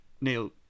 Neil